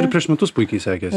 ir prieš metus puikiai sekėsi